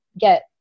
get